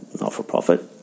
not-for-profit